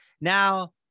now